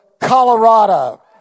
Colorado